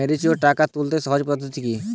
Mature টাকা তুলতে সহজ পদ্ধতি কি?